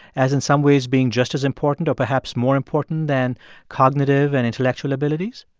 as in some ways being just as important or perhaps more important than cognitive and intellectual abilities?